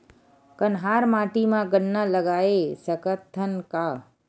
कन्हार माटी म गन्ना लगय सकथ न का?